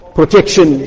protection